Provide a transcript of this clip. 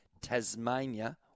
Tasmania